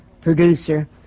producer